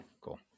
Cool